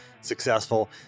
successful